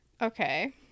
Okay